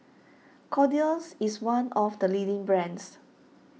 Kordel's is one of the leading brands